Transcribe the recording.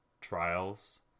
trials